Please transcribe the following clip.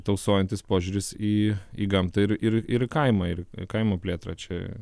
tausojantis požiūris į į gamtą ir ir į kaimą ir kaimo plėtrą čia